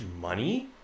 money